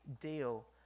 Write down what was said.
deal